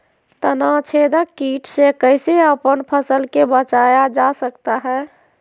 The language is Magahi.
तनाछेदक किट से कैसे अपन फसल के बचाया जा सकता हैं?